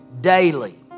daily